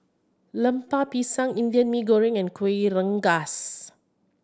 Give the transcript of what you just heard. Lemper Pisang Indian Mee Goreng and Kueh Rengas